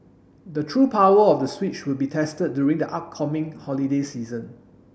the true power of the Switch would be tested during the upcoming holiday season